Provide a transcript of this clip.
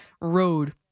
road